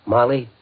Molly